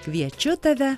kviečiu tave